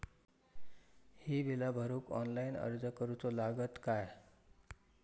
ही बीला भरूक ऑनलाइन अर्ज करूचो लागत काय?